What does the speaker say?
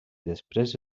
després